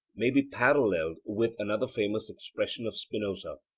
may be paralleled with another famous expression of spinoza,